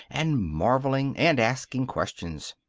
and marveling, and asking questions.